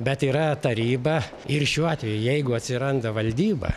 bet yra taryba ir šiuo atveju jeigu atsiranda valdyba